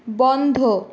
বন্ধ